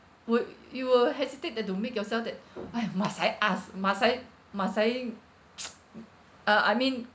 would you'll hesitate that to make yourself that !hais! must I ask must I must I uh I mean